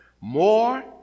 more